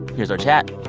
here's our chat.